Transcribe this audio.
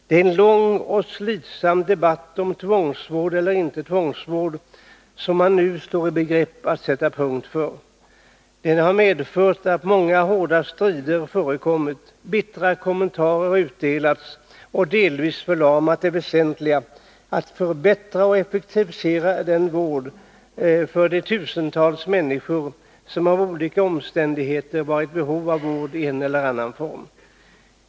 Det är en lång och slitsam debatt om tvångsvård eller inte tvångsvård som man nu står i begrepp att sätta punkt för. Den har medfört att många hårda strider förekommit och bittra kommentarer gjorts; därigenom har man delvis förlamat debatten om det väsentliga: att förbättra och effektivisera vården för de tusentals människor som av olika omständigheter varit i behov av vård i en eller annan form.